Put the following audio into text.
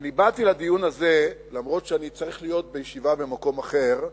אני באתי לדיון הזה אף-על-פי שאני צריך להיות בישיבה במקום אחר,